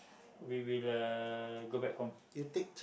we will uh go back home